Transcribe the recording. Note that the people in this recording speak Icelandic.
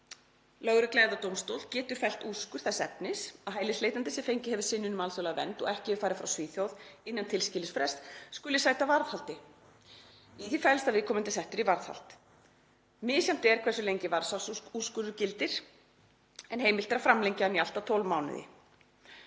lögregla eða dómstóll getur fellt úrskurð þess efnis að hælisleitandi sem fengið hefur synjun um alþjóðlega vernd og ekki hefur farið frá Svíþjóð innan tilskilins frests skuli sæta varðhaldi. Í því felst að viðkomandi er settur í varðhald. Misjafnt er hversu lengi varðhaldsúrskurður gildir en heimilt er að framlengja hann í allt að 12 mánuði.